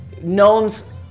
Gnomes